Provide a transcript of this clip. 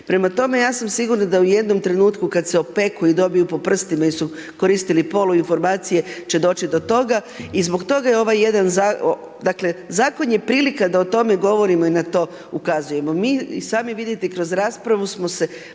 Prema tome, ja sam sigurna, da u jednom trenutku, kada se opeku i dobiju po prstima jer su koristili poluinformacije će doći do toga i zbog toga je ovaj jedan zakon, dakle, zakon je prilika da o tome govorimo i na to ukazujemo. Mi i sami vidite i kroz raspravu smo se